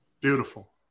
beautiful